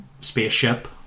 spaceship